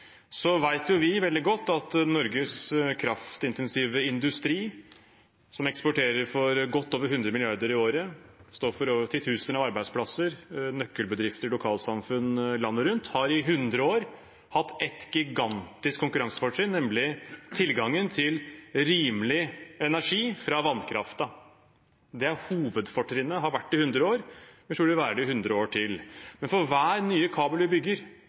Så vet vi veldig godt at Norges kraftintensive industri, som eksporterer for godt over 100 mrd. kr i året – står for titusener av arbeidsplasser, nøkkelbedrifter og lokalsamfunn landet rundt – i 100 år har hatt et gigantisk konkurransefortrinn, nemlig tilgangen til rimelig energi fra vannkraften. Det er hovedfortrinnet. Det har vært det i 100 år, og jeg tror det vil være det i 100 år til. Men for hver nye kabel vi bygger,